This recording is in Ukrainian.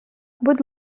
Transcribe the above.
будь